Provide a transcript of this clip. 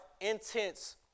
intense